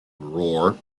roar